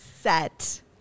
Set